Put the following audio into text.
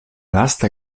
lasta